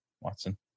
Watson